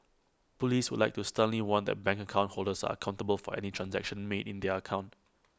Police would like to sternly warn that bank account holders are accountable for any transaction made in their account